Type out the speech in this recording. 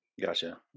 gotcha